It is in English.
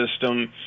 system